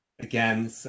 Again